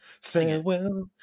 farewell